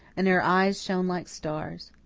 and her eyes shone like stars.